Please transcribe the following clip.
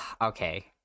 Okay